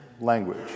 language